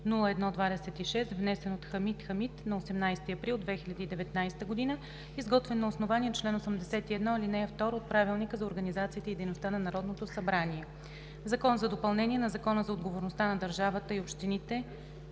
954-01-26, внесен от Хамид Хамид на 18 април 2019 г., изготвен на основание чл. 81, ал. 2 от Правилника за организацията и дейността на Народното събрание. „Закон за допълнение на Закона за отговорността на държавата и общините